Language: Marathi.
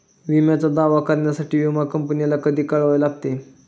विम्याचा दावा करण्यासाठी विमा कंपनीला कधी कळवावे लागते?